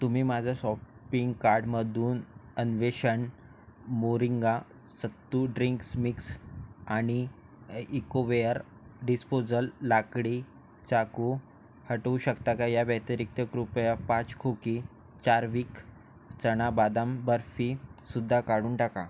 तुम्ही माजा सॉपिंक कार्डमधून अन्वेषण मोरिंगा सत्तू ड्रिंक्स मिक्स आणि इकोवेअर डिस्पोजल लाकडी चाकू हटवू शकता का या व्यातिरिक्त कृपया पाच खोकी चार्विख चणा बदाम बर्फीसुद्दा काढून टाका